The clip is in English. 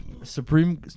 Supreme